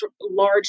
large